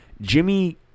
Jimmy